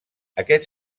aquest